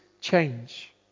change